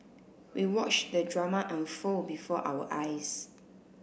we watched the drama unfold before our eyes